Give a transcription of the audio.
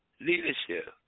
Leadership